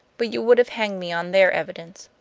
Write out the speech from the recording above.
but you would have hanged me on their evidence.